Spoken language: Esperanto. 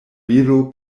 viro